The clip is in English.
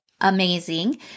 amazing